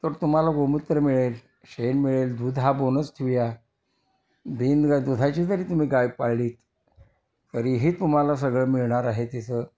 तर तुम्हाला गोमूत्र मिळेल शेण मिळेल दूध हा बोनस ठेऊया बिन दुधाची जरी तुम्ही गाय पाळलीत तरीही तुम्हाला सगळं मिळणार आहे तिचं